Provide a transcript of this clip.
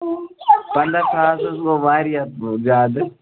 پَنٛداہ ساس حظ گوٚو واریاہ زیادٕ